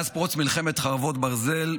מאז פרוץ מלחמת חרבות ברזל,